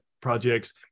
projects